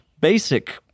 basic